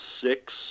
six